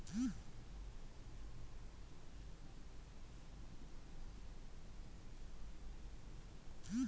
ಹಣಕಾಸಿನ ಯೋಜ್ನಯನ್ನು ಕೆಲವೊಮ್ಮೆ ಹೂಡಿಕೆ ಯೋಜ್ನ ಎಂದು ಕರೆಯುತ್ತಾರೆ